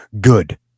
good